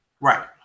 Right